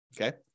Okay